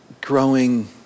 Growing